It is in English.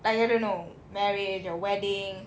like they'll be like marriage or wedding